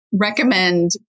recommend